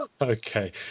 okay